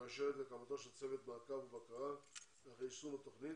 שמאשרת הקמתו של צוות מעקב ובקרה אחרי יישום התכנית.